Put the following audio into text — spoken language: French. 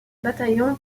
bataillon